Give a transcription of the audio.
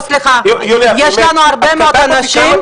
לא, סליחה, יש לנו הרבה מאוד אנשים.